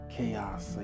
Chaos